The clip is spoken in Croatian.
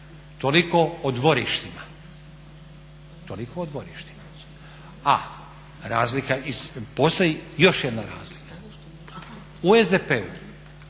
Toliko o dvorištima. A razlika, postoji još jedna razlika. O SDP-u